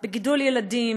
גם בגידול הילדים,